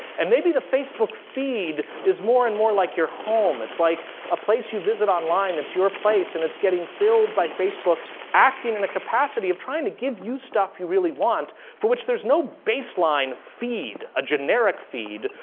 and maybe the facebook feed is more and more like your home. it's like a place you visit online that's your place, and it's getting filled by facebook acting in and a capacity of trying to give you stuff you really want for which there's no baseline feed, a generic feed,